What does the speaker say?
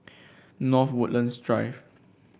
North Woodlands Drive